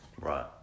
Right